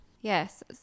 Yes